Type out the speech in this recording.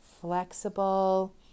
flexible